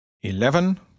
eleven